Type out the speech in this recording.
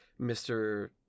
Mr